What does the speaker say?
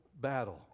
battle